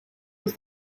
was